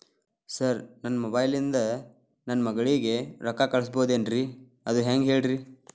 sir ನನ್ನ mobile ಇಂದ ನನ್ನ ಮಗಳಿಗೆ ರೊಕ್ಕಾ ಕಳಿಸಬಹುದೇನ್ರಿ ಅದು ಹೆಂಗ್ ಹೇಳ್ರಿ